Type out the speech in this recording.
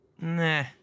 Nah